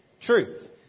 truth